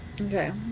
Okay